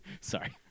Sorry